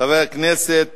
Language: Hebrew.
חבר הכנסת